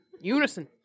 Unison